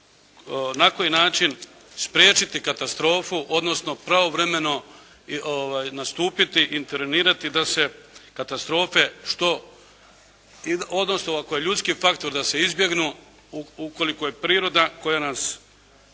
na koji način spriječiti katastrofu, odnosno pravovremeno nastupiti, intervenirati da se katastrofe što, odnosno ako je ljudski faktor da se izbjegnu ukoliko je priroda koja nas